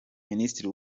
minisitiri